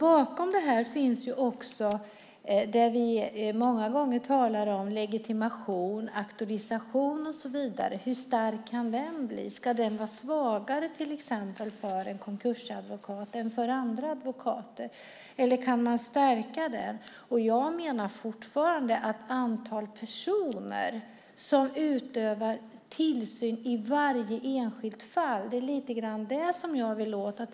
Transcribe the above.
Bakom det här finns ju också det som vi många gånger talar om, nämligen legitimation och auktorisation och så vidare. Hur stark kan den bli? Ska den till exempel vara svagare för en konkursadvokat än för andra advokater, eller kan man stärka den? Jag menar fortfarande att det som jag lite grann vill åt gäller antalet personer som utövar tillsyn i varje enskilt fall.